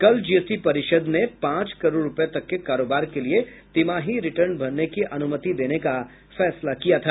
कल जीएसटी परिषद में पांच करोड़ रुपये तक के कारोबार के लिए तिमाही रिटर्न भरने की अनुमति देने का फैसला किया था